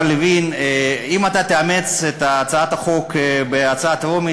אם אתה תאמץ את הצעת החוק בקריאה טרומית,